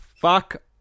Fuck